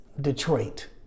Detroit